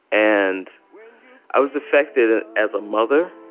and i was affected ah as a mother.